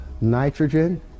nitrogen